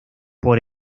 por